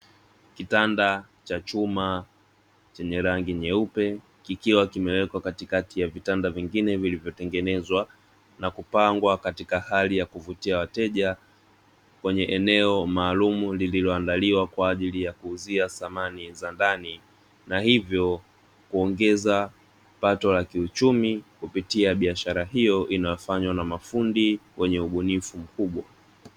Kitanda cha chuma chenye rangi nyeupe kikiwa kimewekwa katikati ya vitanda vingine vilivyotengenezwa na kupangwa katika hali ya kuvutia wateja, kwenye eneo maalumu lililoandaliwa kwa ajili ya kuuzia samani za ndani, na hivyo kuongeza pato la kiuchumi kupitia biashara hiyo inayofanywa na mafundi wenye ubunifu mkubwa.